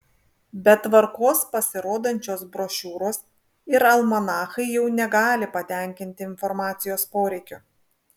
be tvarkos pasirodančios brošiūros ir almanachai jau negali patenkinti informacijos poreikio